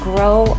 Grow